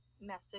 message